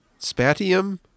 Spatium